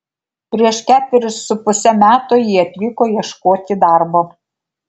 prieš ketverius su puse metų ji atvyko ieškoti darbo